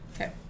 Okay